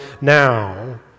now